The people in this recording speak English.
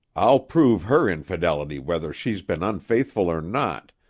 i'll prove her infidelity whether she's been unfaithful or not,